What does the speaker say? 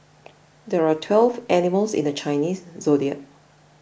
there are twelve animals in the Chinese zodiac